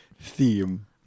theme